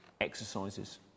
exercises